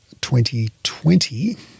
2020